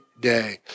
day